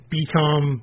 become